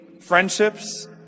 friendships